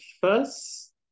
first